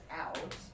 out